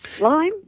Lime